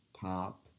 top